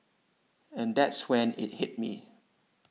and that's when it hit me